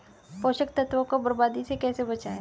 पोषक तत्वों को बर्बादी से कैसे बचाएं?